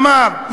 אמר,